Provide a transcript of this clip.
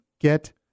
get